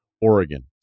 Oregon